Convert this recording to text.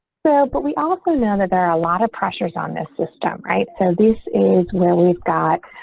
so, but we also know that there are a lot of pressures on this system. right. so this is where we've got